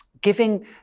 Giving